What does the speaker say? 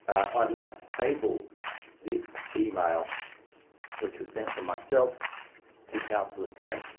i'd like to table this email which was sent from myself to councillor cumming.